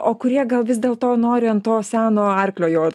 o kurie gal vis dėlto nori ant to seno arklio jot